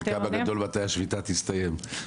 חלקם הגדול שאל מתי תסתיים השביתה.